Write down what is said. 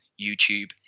YouTube